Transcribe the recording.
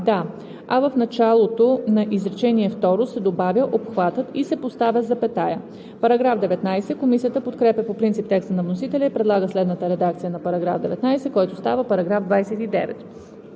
а в началото на изречение второ се добавя „Обхватът“ и се поставя запетая.“ Комисията подкрепя по принцип текста на вносителя и предлага следната редакция на § 19, който става § 29: „§ 29.